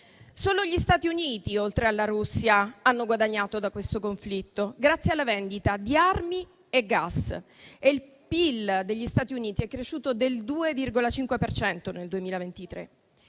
Solo gli Stati Uniti, oltre alla Russia, hanno guadagnato da questo conflitto, grazie alla vendita di armi e gas e il PIL degli Stati Uniti è cresciuto del 2,5 per cento